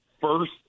first